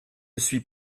suis